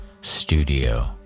studio